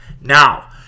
Now